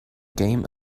game